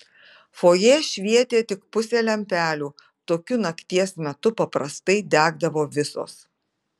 fojė švietė tik pusė lempelių tokiu nakties metu paprastai degdavo visos